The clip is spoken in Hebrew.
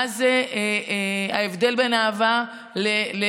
מה ההבדל בין אהבה לקנאה,